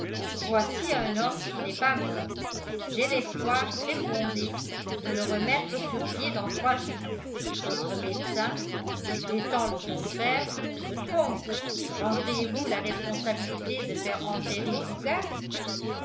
voici un homme qui n'est pas mort j'ai l'espoir très fondé de le remettre sur pied dans trois jours votre médecin qui prétend le contraire se trompe prendriez vous la responsabilité de faire enterrer fougas